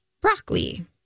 broccoli